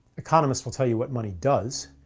economists will tell you what money does.